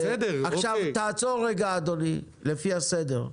בסדר, אוקיי -- עכשיו תעצור רגע אדוני, לפי הסדר.